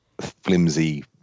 flimsy